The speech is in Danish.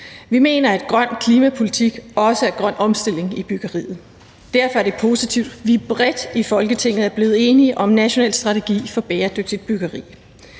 Vi mener, at grøn klimapolitik også er grøn omstilling i byggeriet. Derfor er det positivt, at vi bredt i Folketinget er blevet enige om en national strategi for bæredygtigt byggeri,